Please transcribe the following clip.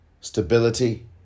stability